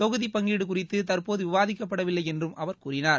தொகுதிப் பங்கீடு குறித்து தற்போது விவாதிக்கப்படவில்லை என்றும் அவர் கூறினார்